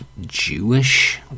Jewish